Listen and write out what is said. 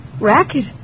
Racket